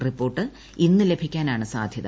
report ഇന്ന് ലഭിക്കാനാണ് സാധൃത